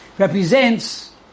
represents